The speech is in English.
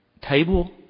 table